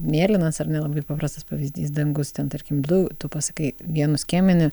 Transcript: mėlynas ar ne labai paprastas pavyzdys dangus ten tarkim du tu pasakai vienu skiemeniu